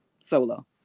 solo